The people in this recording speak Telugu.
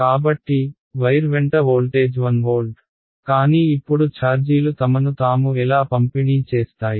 కాబట్టి వైర్ వెంట వోల్టేజ్ 1 వోల్ట్ కానీ ఇప్పుడు ఛార్జీలు తమను తాము ఎలా పంపిణీ చేస్తాయి